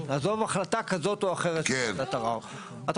עזוב החלטה כזאת או אחרת של ועדת ערער,